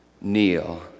kneel